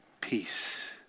peace